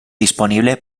disponible